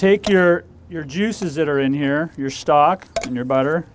take your your juices that are in here your stock in your butter